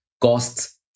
costs